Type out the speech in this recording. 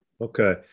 Okay